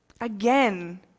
again